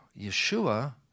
Yeshua